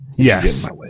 Yes